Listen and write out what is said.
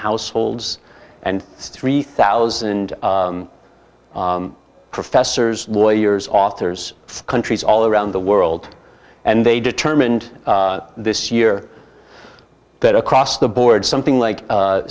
households and three thousand professors lawyers authors countries all around the world and they determined this year that across the board something like